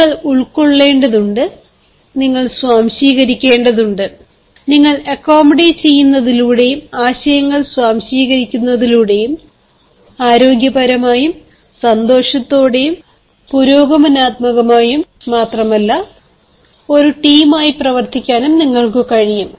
നിങ്ങൾ ഉൾക്കൊള്ളേണ്ടതുണ്ട് നിങ്ങൾ സ്വാംശീകരിക്കേണ്ടതുണ്ട് നിങ്ങൾ accommodate ചെയ്യുന്നതിലൂടെയും ആശയങ്ങൾ സ്വാംശീകരിക്കുന്നതിലൂടെയും ആരോഗ്യപരമായും സന്തോഷത്തോടെയും പുരോഗമനാത്മകമായും മാത്രമല്ല ഒരു ടീമായി പ്രവർത്തിക്കാനും നിങ്ങൾക്ക് കഴിയും